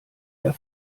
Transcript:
der